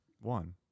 One